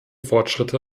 fortschritte